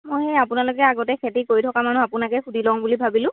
মই সেই আপোনালোকে আগতে খেতি কৰি থকা মানুহ আপোনাকে সুধি লওঁ বুলি ভাবিলোঁ